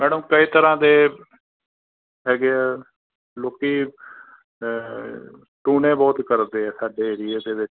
madam ਕਈ ਤਰ੍ਹਾਂ ਦੇ ਹੈਗੇ ਹੈ ਲੋਕ ਟੂਣੇ ਬਹੁਤ ਕਰਦੇ ਹੈ ਸਾਡੇ ਏਰੀਏ ਦੇ ਵਿੱਚ